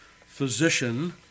physician